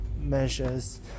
measures